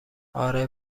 اره